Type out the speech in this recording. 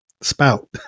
spout